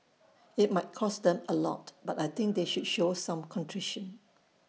IT might cost them A lot but I think they should show some contrition